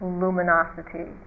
luminosity